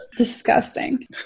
Disgusting